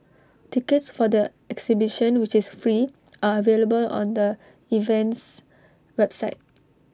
tickets for the exhibition which is free are available on the event's website